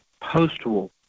post-war